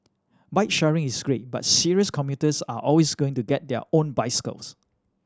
bike sharing is great but serious commuters are always going to get their own bicycles